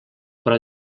però